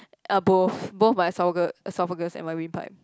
uh both both my esophagu~ esophagus and my windpipe